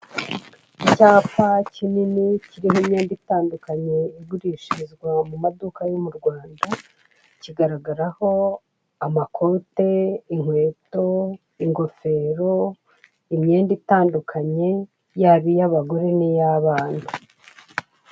Icyapa kinini kiriho imyenda itandukanye igurishirizwa mu maduka yo Rwanda kigaragaraho amakote, inkweto, ingofero, imyenda itandukanye yaba iyabagore n'iyabana.